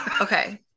Okay